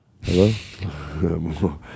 Hello